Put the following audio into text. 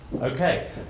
Okay